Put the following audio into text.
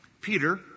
Peter